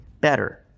Better